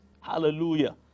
Hallelujah